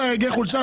לפני שנה וחצי.